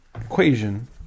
equation